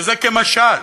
שזה כמשל,